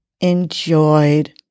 enjoyed